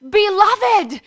beloved